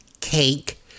cake